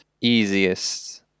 easiest